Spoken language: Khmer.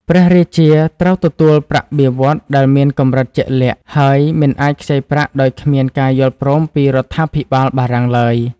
ព្រះរាជាត្រូវទទួលប្រាក់បៀវត្សដែលមានកម្រិតជាក់លាក់ ហើយមិនអាចខ្ចីប្រាក់ដោយគ្មានការយល់ព្រមពីរដ្ឋាភិបាលបារាំងឡើយ។